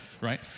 right